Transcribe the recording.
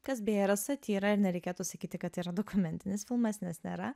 kas bėra satyra ir nereikėtų sakyti kad yra dokumentinis filmas nes nėra